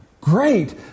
great